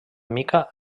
mica